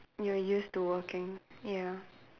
you were used to working ya